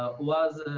ah was,